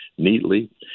neatly